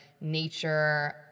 nature